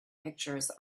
pictures